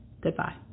goodbye